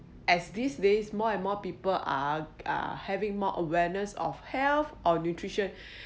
as these days more and more people are are having more awareness of health or nutrition